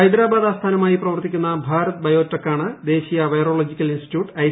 ഹൈദരാബാദ് ആസ്ഥാനമായി പ്രവർത്തിക്കുന്ന ഭാരത് ബയോടെക് ആണ് ദേശീയ വൈറോളജിക്കൽ ഇൻസ്റ്റിറ്റ്യൂട്ട് ഐ